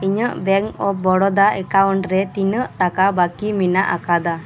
ᱤᱧᱟᱹᱜ bank of Baroda account ᱨᱮ ᱛᱤᱱᱟᱹᱜ ᱴᱟᱠᱟ ᱵᱟᱠᱤ ᱢᱮᱱᱟᱜ ᱟᱠᱟᱫᱟ